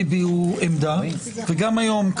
לא הביעו עמדה וגם היום,